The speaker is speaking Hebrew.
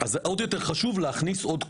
אז עוד יותר חשוב להכניס עוד קולות.